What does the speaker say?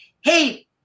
Hey